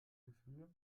gefühle